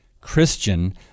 Christian